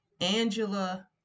Angela